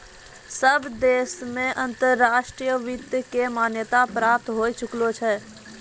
सब देश मे अंतर्राष्ट्रीय वित्त के मान्यता प्राप्त होए चुकलो छै